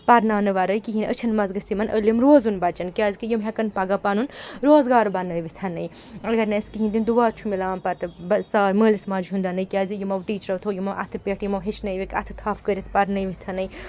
پَرناونہٕ وَرٲے کِہیٖنۍ أچھَن منٛز گژھِ یِمَن علِم روزُن بَچن کیٛازکہِ یِم ہٮ۪کَن پگاہ پَنُن روزگار بَنٲوِتھ اگر نہٕ اَسہِ کہیٖنۍ دعا چھُ مِلان پَتہٕ مٲلِس ماجہِ ہُنٛدَنٕے کیٛازِ یِمو ٹیٖچرَو تھوو یِمَو اَتھٕ پٮ۪ٹھ یِمو ہیٚچھنٲوِکھ اَتھٕ تھَپھ کٔرِتھ پرنٲوِتھَنٕے